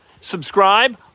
subscribe